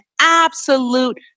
absolute